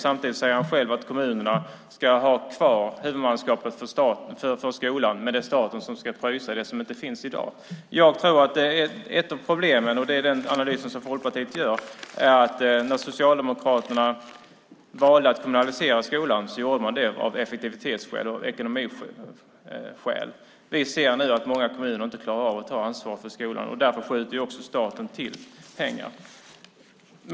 Samtidigt säger han själv att kommunerna ska ha kvar huvudmannaskapet för skolan, men det är staten som ska betala det som inte finns i dag. Jag tror att ett av problemen är, och det är den analys som Folkpartiet gör, att när Socialdemokraterna valde att kommunalisera skolan gjorde de det av effektivitetsskäl och ekonomiska skäl. Vi ser nu att många kommuner inte klarar av att ta ansvar för skolan. Därför skjuter staten till pengar.